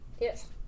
yes